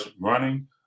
running